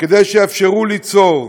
שיאפשרו ליצור.